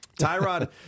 Tyrod